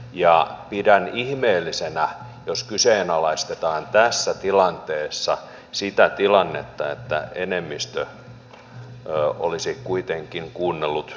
ja pidän ihmeellisenä jos kyseenalaistetaan tässä tilanteessa sitä tilannetta että enemmistö on kuitenkin kuunnellut asiantuntijoita oikein